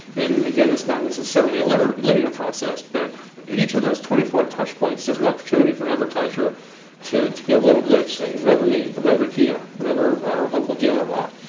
and again, it's not necessarily a linear linear process. but at each of those twenty four touchpoints, there's an opportunity for an advertiser to give a little nudge saying remember me, remember kia, remember our local dealer lot.